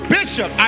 Bishop